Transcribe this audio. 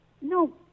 No